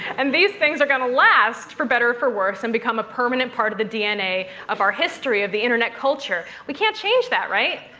and these things are going to last, for better or for worse, and become a permanent part of the dna of our history of the internet culture. we can't change that, right?